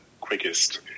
quickest